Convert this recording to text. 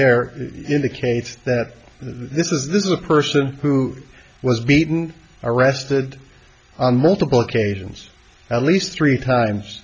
there in the case that this is a person who was beaten arrested on multiple occasions at least three times